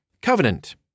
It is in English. Covenant